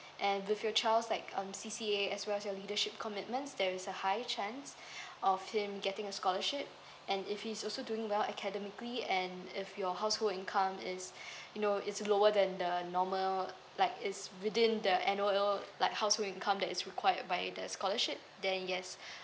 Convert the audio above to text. and with your child like um C_C_A as well as the leadership commitments there is a high chance of him getting a scholarship and if he is also doing well academically and if your household income is you know it's lower than the normal like is within the annual like household income that is required by the scholarship then yes